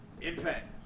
Impact